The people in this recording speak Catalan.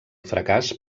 fracàs